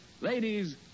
Ladies